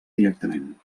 directament